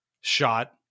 shot